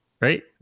right